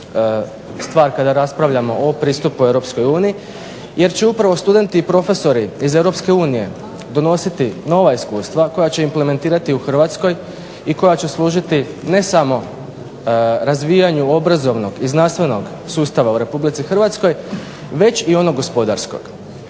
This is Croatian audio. stvar kada raspravljamo o pristupu u EU jer će upravo studenti profesori iz EU donositi nova iskustva koja će implementirati u Hrvatskoj i koja će služiti ne samo razvijanju obrazovnog i znanstvenog sustava u RH već i onog gospodarskog.